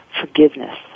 forgiveness